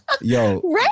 Yo